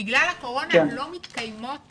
בגלל הקורונה לא מתקיימות